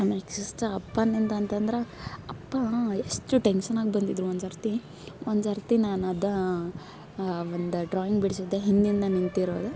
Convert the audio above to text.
next ಅಪ್ಪನಿಂದ ಅಂತಂದ್ರ ಅಪ್ಪ ಎಷ್ಟು ಟೆನ್ಶನಾಗೆ ಬಂದಿದ್ದರೂ ಒಂದ್ಸರ್ತಿ ಒಂದ್ಸರ್ತಿ ನಾನು ಅದ ಒಂದು ಡ್ರಾಯಿಂಗ್ ಬಿಡ್ಸಿದ್ದೆ ಹಿಂದಿಂದ ನಿಂತಿರೋದು